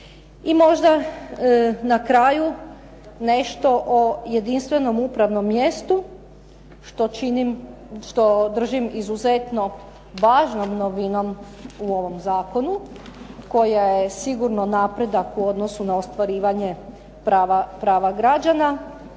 I možda na kraju nešto o jedinstvenom upravnom mjestu što držim izuzetno važnom novinom u ovom zakonu koja je sigurno napredak u odnosu na ostvarivanje prava građana.